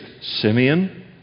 Simeon